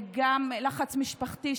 לחץ משפחתי.